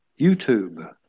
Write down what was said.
YouTube